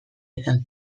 izan